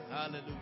hallelujah